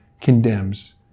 condemns